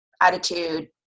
attitude